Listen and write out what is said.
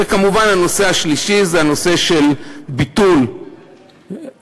וכמובן, הנושא השלישי הוא הנושא של ביטול חוקים.